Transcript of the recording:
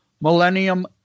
Millennium